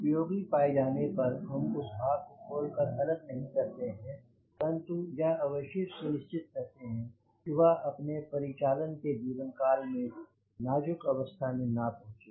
उपयोगी पाए जाने पर हम उस भाग को खोलकर अलग नहीं करते हैं परंतु यह अवश्य ही सुनिश्चित करते हैं कि वह अपने परिचालन के जीवन काल मैं नाज़ुक अवस्था में ना पहुंचे